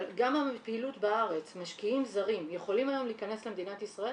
אבל גם הפעילות בארץ משקיעים זרים יכולים היום להיכנס למדינת ישראל?